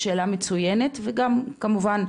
שאלה מצוינת וגם כמובן,